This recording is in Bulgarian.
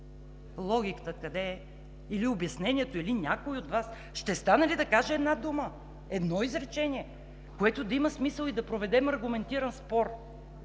Логиката къде е или обяснението, или някой от Вас ще стане ли да каже една дума, едно изречение, което да има смисъл и да проведем аргументиран спор?!